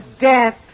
death